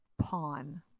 pawn